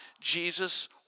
Jesus